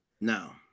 No